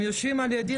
הם יושבים על ידי.